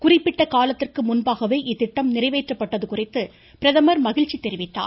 குறிப்பிட்ட காலத்திற்கு முன்பாகவே இத்திட்டம் நிறைவேற்றப்பட்டது குறித்து பிரதமர் மகிழ்ச்சி தெரிவித்தார்